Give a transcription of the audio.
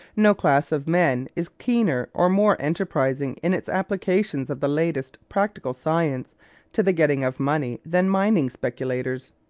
no class of men is keener or more enterprising in its applications of the latest practical science to the getting of money than mining speculators.